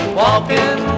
walking